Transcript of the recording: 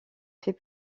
fait